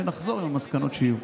ונחזור עם המסקנות שיהיו.